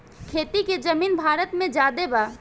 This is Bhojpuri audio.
खेती के जमीन भारत मे ज्यादे बा